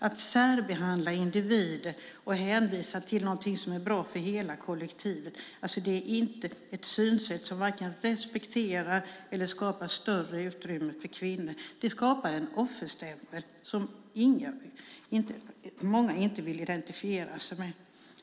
Att särbehandla individer med hänvisning till vad som sägs vara bra för hela kollektivet är inte ett synsätt som vare sig respekterar eller skapar större utrymme för kvinnor. Det skapar en offerstämpel som många inte vill identifiera sig med.